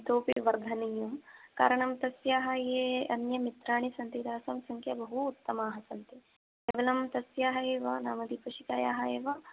इतोऽपि वर्धनीयं कारणं तस्याः ये अन्ये मित्राणि सन्ति तासां सङ्ख्याः बहु उत्तमाः सन्ति केवलं तस्याः एव नाम दीपशिखायाः एव